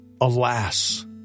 Alas